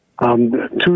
Two